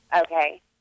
Okay